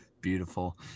beautiful